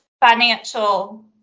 financial